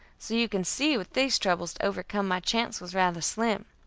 so you can see with these troubles to overcome my chance was rather slim.